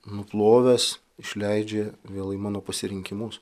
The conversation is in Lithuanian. nuplovęs išleidžia vėl į mano pasirinkimus